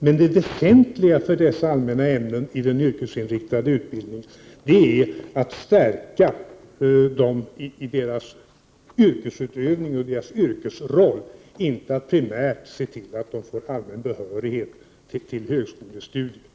Men det väsentliga med dessa allmänna ämnen i den yrkesinriktade utbildningen är att stärka eleverna i deras framtida yrkesutövning och yrkesroll, inte primärt att se till att de får allmän behörighet till högskolestudier.